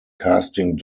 casting